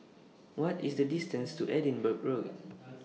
What IS The distance to Edinburgh Road